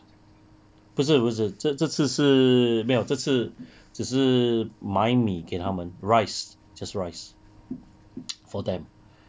不是不是这这次是没有这次只是买米给他们 rice just rice for them